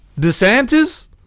DeSantis